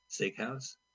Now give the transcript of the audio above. Steakhouse